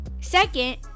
Second